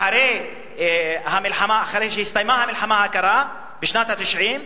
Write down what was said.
אחרי שהסתיימה המלחמה הקרה בשנות ה-90,